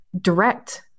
direct